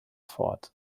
fort